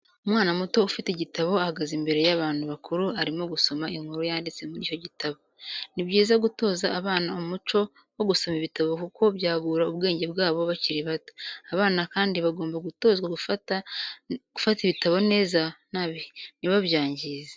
Umwana muto afite igitabo ahagaze imbere y'abantu bakuru arimo gusoma inkuru yanditse muri icyo gitabo. Ni byiza gutoza abana umuco wo gusoma ibitabo kuko byagura ubwenge bwabo bakiri bato, abana kandi bagomba gutozwa gufata ibitabo neza ntibabyangize.